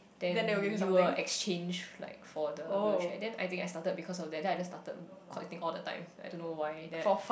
then you will exchange like for the wheelchair then I think I started because of that then I just started collecting all the time I don't know why then I